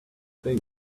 they